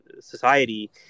society